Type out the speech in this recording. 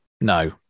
no